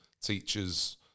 teachers